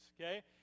okay